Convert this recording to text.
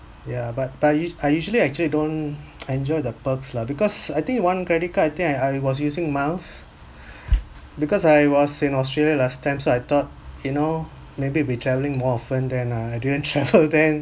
yeah but but u~ I usually actually don't enjoy the perks lah because I think one credit card I think I I was using miles because I was in australia last time so I thought you know maybe will be travelling more often then uh I didn't travel then